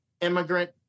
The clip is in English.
Immigrant